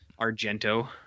Argento